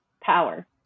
power